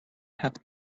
have